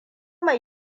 mai